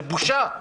זו בושה.